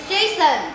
Jason